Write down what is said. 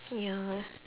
ya